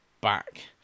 back